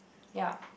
ya